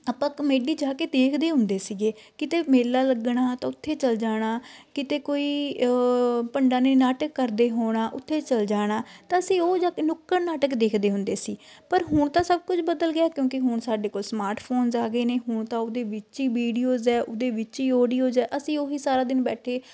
ਆਪਾਂ ਕਮੇਡੀ ਜਾ ਕੇ ਦੇਖਦੇ ਹੁੰਦੇ ਸੀਗੇ ਕਿਤੇ ਮੇਲਾ ਲੱਗਣਾ ਤਾਂ ਉੱਥੇ ਚਲ ਜਾਣਾ ਕਿਤੇ ਕੋਈ ਭੰਡਾ ਨੇ ਨਾਟਕ ਕਰਦੇ ਹੋਣਾ ਉੱਥੇ ਚਲ ਜਾਣਾ ਤਾਂ ਅਸੀਂ ਉਹ ਨੁਕਰ ਨਾਟਕ ਦੇਖਦੇ ਹੁੰਦੇ ਸੀ ਪਰ ਹੁਣ ਤਾਂ ਸਭ ਕੁਝ ਬਦਲ ਗਿਆ ਕਿਉਂਕਿ ਹੁਣ ਸਾਡੇ ਕੋਲ ਸਮਾਰਟ ਫੋਨਸ ਆ ਗਏ ਨੇ ਹੁਣ ਤਾਂ ਉਹਦੇ ਵਿੱਚ ਈ ਵੀਡੀਓਜ਼ ਹੈ ਉਹਦੇ ਵਿੱਚ ਹੀ ਆਡੀਓਜ ਆ ਅਸੀਂ ਉਹੀ ਸਾਰਾ ਦਿਨ ਬੈਠੇ